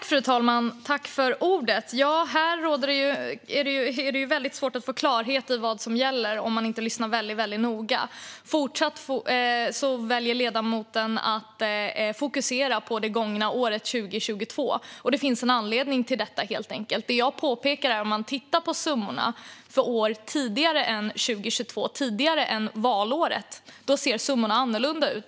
Fru talman! Här är det ju väldigt svårt att få klarhet i vad som gäller om man inte lyssnar väldigt noga. Ledamoten fortsätter att välja att fokusera på det gångna året 2022, och det finns en anledning till detta. Om man tittar på summorna för år tidigare än 2022 - tidigare än valåret - ser man att summorna ser annorlunda ut.